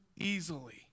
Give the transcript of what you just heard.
easily